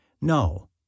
No